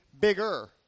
bigger